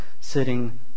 sitting